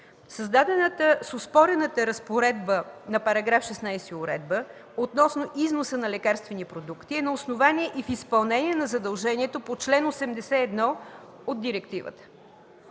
Създадената с оспорената разпоредба на § 16 уредба относно износа на лекарствени продукти е на основание и в изпълнение на задължението по чл. 81 от директивата.